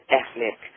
ethnic